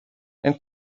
and